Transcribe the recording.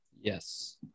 Yes